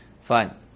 Fine